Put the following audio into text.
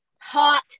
hot